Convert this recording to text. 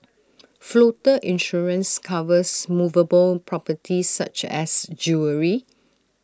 floater insurance covers movable properties such as jewellery